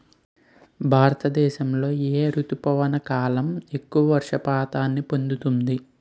భారతదేశంలో ఏ రుతుపవన కాలం ఎక్కువ వర్షపాతం పొందుతుంది?